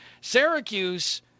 syracuse